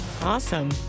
awesome